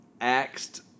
axed